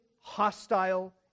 hostile